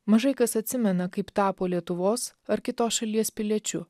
mažai kas atsimena kaip tapo lietuvos ar kitos šalies piliečiu